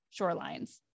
shorelines